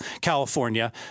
California